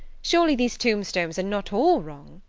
surely these tombstones are not all wrong?